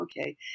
Okay